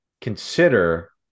consider